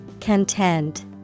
Content